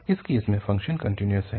इस केस में function continuous है